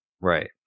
Right